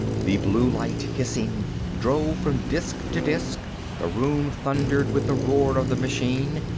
the blue light, hissing, drove from disk to disk the room thundered with the roar of the machine,